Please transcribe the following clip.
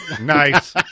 Nice